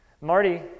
Marty